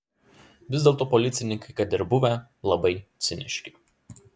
vis dėlto policininkai kad ir buvę labai ciniški